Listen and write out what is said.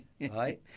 right